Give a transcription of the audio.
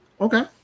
Okay